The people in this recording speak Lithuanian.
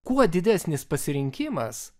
kuo didesnis pasirinkimas